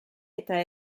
eta